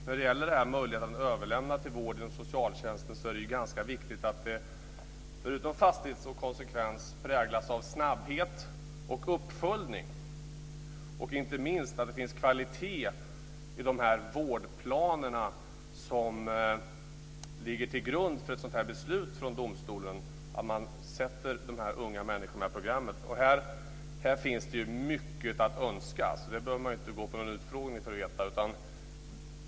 När det gäller möjligheten att överlämna till vård inom socialtjänsten är det ganska viktigt att det förutom fasthet och konsekvens präglas av snabbhet och uppföljning, och inte minst att det finns kvalitet i de vårdplaner som ligger till grund för ett sådant här beslut från domstolen att sätta dessa unga människor i program. Här finns det mycket att önska - det behöver man inte gå till någon utfrågning för att veta.